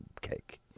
cake